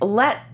let